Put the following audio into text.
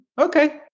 okay